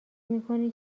میکنی